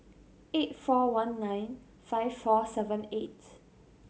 eight four one nine five four seven eight